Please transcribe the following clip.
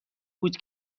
بود